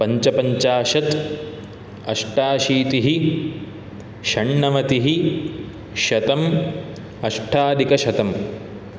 पञ्चपञ्चाशत् अष्टाशीतिः षण्णवतिः शतम् अष्टादिकशतं